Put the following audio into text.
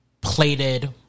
plated